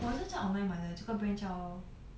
我的是在 online 买的这个 brand 叫